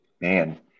Man